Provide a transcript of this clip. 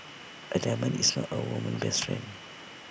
A diamond is not A woman's best friend